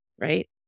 right